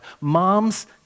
Moms